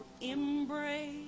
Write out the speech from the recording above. embrace